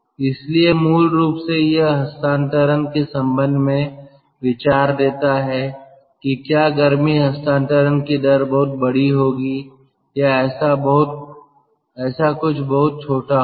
इसलिए मूल रूप से यह हस्तांतरण के संबंध में विचार देता है कि क्या गर्मी हस्तांतरण की दर बहुत बड़ी होगी या ऐसा कुछ बहुत छोटा होगा